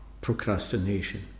procrastination